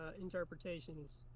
interpretations